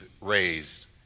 raised